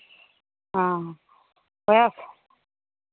हँ उएह